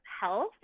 health